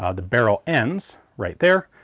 ah the barrel ends right there,